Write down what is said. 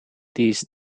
these